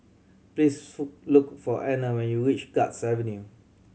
please look for Anner when you reach Guards Avenue